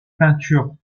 peintures